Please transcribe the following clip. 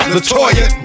Latoya